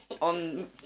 On